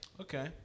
Okay